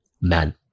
man